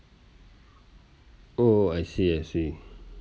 oh I see I see